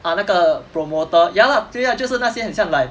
ah 那个 promoter ya lah 对 lah 就是那些很像 like